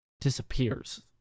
disappears